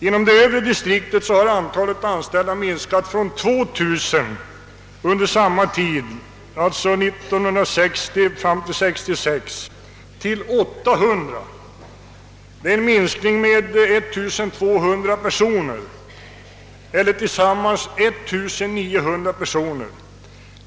Inom det övre distriktet har antalet anställda under samma tid minskats från 2 000 till 800, d. v. s. med 1200 personer. Sammanlagt blir detta 1 900 personer.